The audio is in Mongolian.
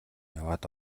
яваад